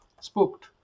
spooked